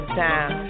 time